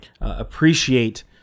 appreciate